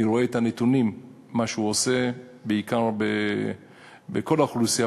ואני רואה את הנתונים של מה שהוא עושה בכל האוכלוסייה,